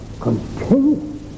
continue